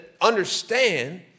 understand